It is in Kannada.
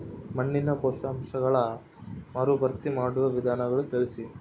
ಮಣ್ಣಿನ ಪೋಷಕಾಂಶಗಳನ್ನು ಮರುಭರ್ತಿ ಮಾಡುವ ವಿಧಾನಗಳನ್ನು ತಿಳಿಸಿ?